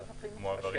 מועברים לרשות.